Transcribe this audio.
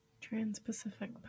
Trans-Pacific